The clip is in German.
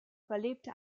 überlebte